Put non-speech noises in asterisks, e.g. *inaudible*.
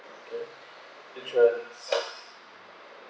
okay insurance *noise* start